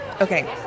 Okay